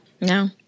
No